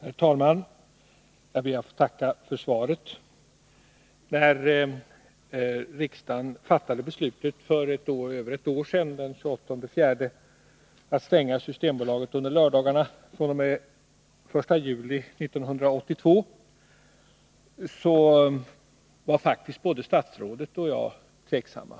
Herr talman! Jag ber att få tacka för svaret. När riksdagen fattade beslutet för över ett år sedan, den 28 april, att stänga Systembolaget under lördagarna fr.o.m. den 1 juli 1982, var faktiskt både statsrådet och jag tveksamma.